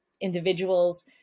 individuals